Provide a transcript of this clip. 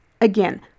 Again